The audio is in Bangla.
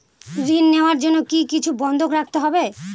ঋণ নেওয়ার জন্য কি কিছু বন্ধক রাখতে হবে?